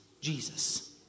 Jesus